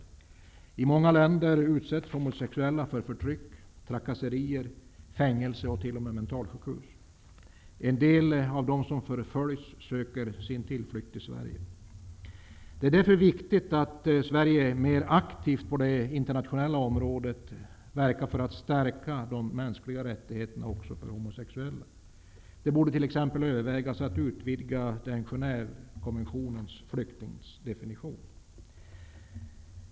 Homosexuella i många länder utsätts för förtryck och trakasserier och riskerar att sättas i fängelse och t.o.m. att tas in på mentalsjukhus. En del av dem som förföljs tar sin tillflykt till Sverige. Det är därför viktigt att Sverige på det internationella planet mer aktivt verkar för att stärka de mänskliga rättigheterna också för homosexuella. Man borde t.ex. överväga att utvidga Genèvekonventionens flyktingdefinition.